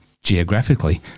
geographically